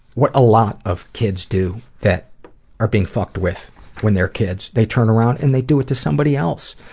what a lot of kids do that are being fucked with when they're kids. they turn around and they do it to somebody else.